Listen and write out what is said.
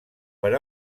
per